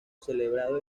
celebrado